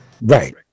Right